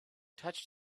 touched